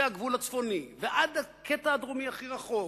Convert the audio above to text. הגבול הצפוני ועד הקטע הדרומי הכי רחוק?